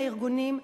הארגונים,